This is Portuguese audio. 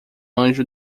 anjo